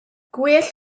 gwell